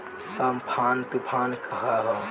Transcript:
Amphan तुफान का ह?